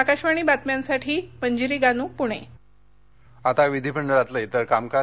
आकाशवाणी बातम्यांसाठी मंजिरी गानू पुणे आता विधीमंडळातलं जेर कामकाज